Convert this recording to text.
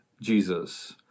Jesus